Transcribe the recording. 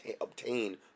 obtain